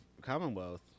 Commonwealth